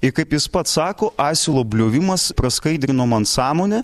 i kaip jis pats sako asilo bliovimas praskaidrino man sąmonę